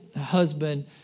husband